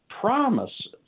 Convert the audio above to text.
promises